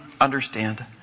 understand